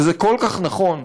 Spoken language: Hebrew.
וזה כל כך נכון,